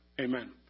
Amen